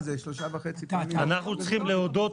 אנחנו צריכים להודות,